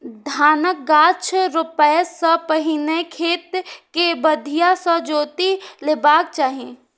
धानक गाछ रोपै सं पहिने खेत कें बढ़िया सं जोति लेबाक चाही